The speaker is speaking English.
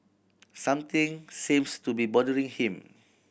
something seems to be bothering him